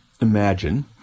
imagine